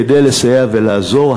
כדי לסייע ולעזור.